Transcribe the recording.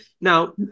now